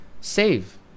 save